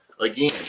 again